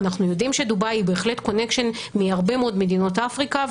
אנחנו יודעים שדובאי היא בהחלט קונקשן מהרבה מאוד מדינות אפריקה,